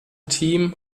team